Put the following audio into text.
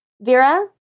Vera